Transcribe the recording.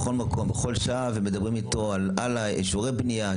בכל מקום, בכל שעה ומדברים איתו על אישורי בנייה.